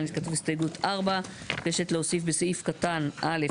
כתוב הסתייגות 4. אני מבקשת להוסיף בסעיף קטן (א),